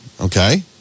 Okay